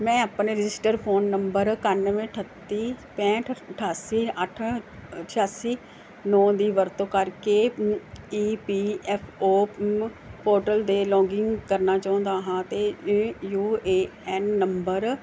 ਮੈਂ ਆਪਣੇ registered phone number ਇਕਾਨਵੇਂ ਅਠੱਤੀ ਪੈਂਹਠ ਅਠਾਸੀ ਅੱਠ ਛਿਆਸੀ ਨੌਂ ਦੀ ਵਰਤੋਂ ਕਰਕੇ ਈ ਪੀ ਐਫ ਓਪਮ ਪੋਰਟਲ 'ਤੇ ਲੌਗਇਨ ਕਰਨਾ ਚਾਹੁੰਦਾ ਹਾਂ ਅਤੇ E U A N number